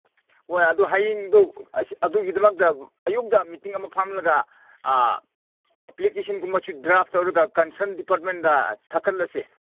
ꯍꯣꯏ ꯑꯗꯨ ꯍꯌꯦꯡꯗꯨ ꯑꯁ ꯑꯗꯨꯒꯤꯗꯃꯛꯇ ꯑꯌꯨꯛꯇ ꯃꯤꯠꯇꯤꯡ ꯑꯃ ꯐꯝꯂꯒ ꯑꯦꯄ꯭ꯂꯤꯀꯦꯁꯟꯒꯨꯝꯕ ꯗ꯭ꯔꯥꯐ ꯇꯧꯔꯒ ꯀꯟꯁꯔꯟ ꯗꯤꯄꯥꯔꯠꯃꯦꯟꯗ ꯊꯥꯒꯠꯂꯁꯦ